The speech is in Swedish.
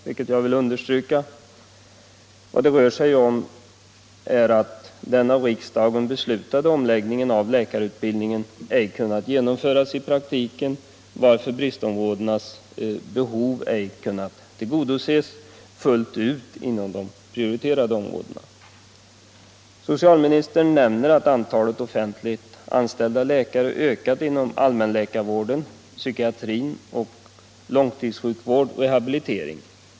Vad de rör sig om är att den av riksdagen beslutade omläggningen av läkarutbildningen ej kunnat genomföras i praktiken, varför bristområdenas behov ej kunnat tillgodoses fullt ut inom de 1969 prioriterade områdena. Socialministern nämner att antalet offentligt anställda läkare ökat inom allmänläkarvården, psykiatrin och långtidssjukvård/rehabilitering.